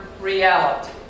reality